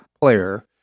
player